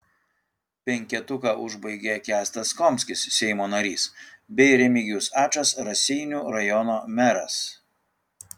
penketuką užbaigia kęstas komskis seimo narys bei remigijus ačas raseinių rajono meras